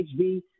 HB